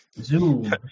zoom